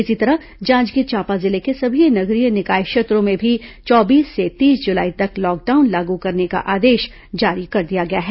इसी तरह जांजगीर चांपा जिले के सभी नगरीय निकाय क्षेत्रों में भी चौबीस से तीस जुलाई तक लॉकडाउन लागू करने का आदेश जारी कर दिया गया है